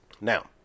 Now